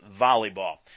volleyball